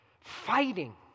fighting